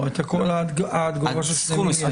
לא, הכול עד גובה של שני מיליון.